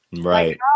Right